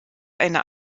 einer